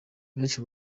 benshi